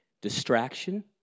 Distraction